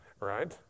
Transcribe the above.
right